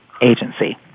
agency